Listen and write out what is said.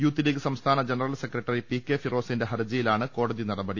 youth league സംസ്ഥാന general secretary P K ഫിറോസിന്റെ ഹർജിയിലാണ് കോടതി നടപടി